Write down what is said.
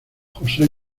josé